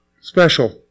Special